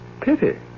Pity